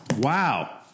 wow